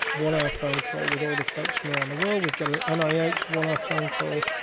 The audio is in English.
one hour phone call with all the folks from around the world. we've got an nih ah one hour phone call.